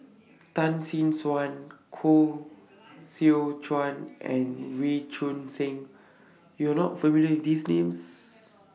Tan Tee Suan Koh Seow Chuan and Wee Choon Seng YOU Are not familiar with These Names